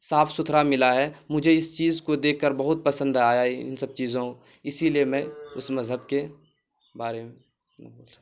صاف ستھرا ملا ہے مجھے اس چیز کو دیکھ کر بہت پسند آیا ان سب چیزوں اسی لیے میں اس مذہب کے بارے میں